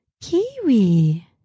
Kiwi